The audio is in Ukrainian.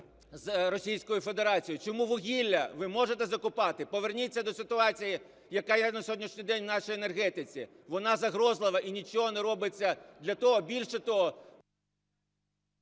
з Російською Федерацією. Чому вугілля ви можете закупати? Поверніться до ситуації, яка є на сьогоднішній день в нашій енергетиці, вона загрозлива, і нічого не робиться, більше того…